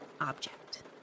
object